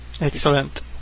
Excellent